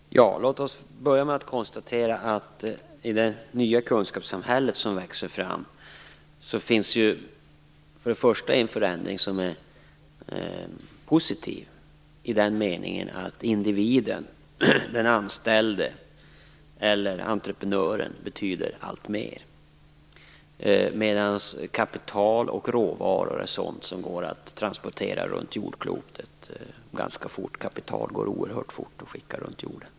Fru talman! Låt oss börja med att konstatera att det i det nya kunskapssamhälle som växer fram för det första finns en förändring som är positiv i den meningen att individen - den anställde eller entreprenören - betyder alltmer, medan kapital och råvaror är sådant som går att transportera runt jordklotet ganska fort. Kapital går oerhört fort att skicka runt jorden.